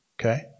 okay